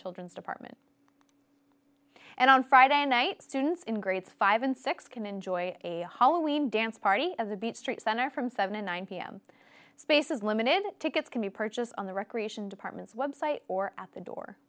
children's department and on friday night students in grades five and six can enjoy a hollowing dance party as a beat street center from seventy nine pm space is limited tickets can be purchased on the recreation department's website or at the door